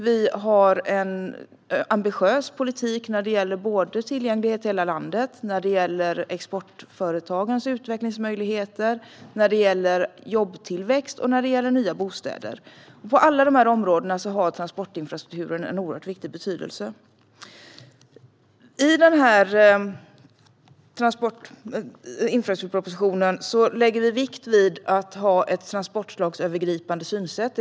Vi har en ambitiös politik när det gäller tillgänglighet i hela landet, när det gäller exportföretagens utvecklingsmöjligheter, när det gäller jobbtillväxt och när det gäller nya bostäder. För alla de områdena har transportinfrastrukturen oerhört stor betydelse. I infrastrukturpropositionen lägger vi vikt vid att ha ett transportslagsövergripande synsätt.